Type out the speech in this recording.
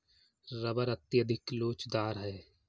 rubber अत्यधिक लोचदार है